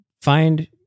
find